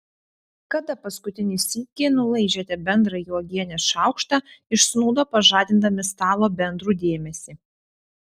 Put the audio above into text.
kada paskutinį sykį nulaižėte bendrąjį uogienės šaukštą iš snūdo pažadindami stalo bendrų dėmesį